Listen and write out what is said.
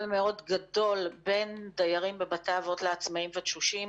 מאוד גדול בין דיירים בבתי האבות לעצמאיים ולתשושים,